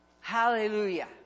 Hallelujah